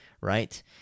right